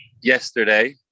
yesterday